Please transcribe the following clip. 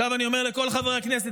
עכשיו אני אומר לכל חברי הכנסת,